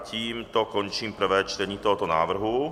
Tímto končím prvé čtení tohoto návrhu.